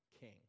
king